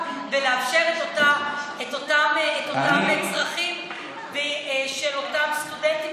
ולאפשר את אותם צרכים של אותם סטודנטים,